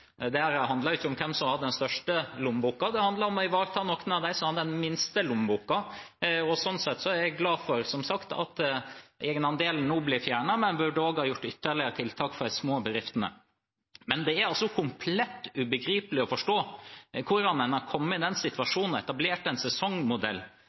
ikke om hvem som har den største lommeboken. Det handler om å ivareta noen av dem som har den minste lommeboken. Sånn sett er jeg glad for, som sagt, at egenandelen nå blir fjernet, men man burde også ha gjort ytterligere tiltak for de små bedriftene. Men det er komplett ubegripelig å forstå hvordan man har kommet i den